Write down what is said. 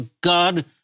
God